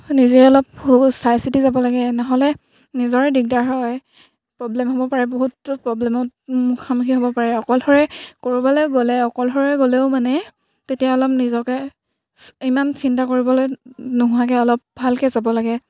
নিজে অলপ সেইবো চাই চিতি যাব লাগে নহ'লে নিজৰে দিগদাৰ হয় প্ৰব্লেম হ'ব পাৰে বহুত প্ৰব্লেমত মুখামুখি হ'ব পাৰে অকলশৰে ক'ৰবালৈ গ'লে অকলশৰে গ'লেও মানে তেতিয়া অলপ নিজকে ইমান চিন্তা কৰিবলৈ নোহোৱাকৈ অলপ ভালকৈ যাব লাগে